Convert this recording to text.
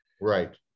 Right